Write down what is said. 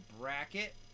bracket